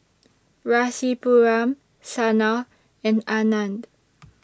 Rasipuram Sanal and Anand